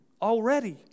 already